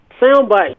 Soundbite